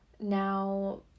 Now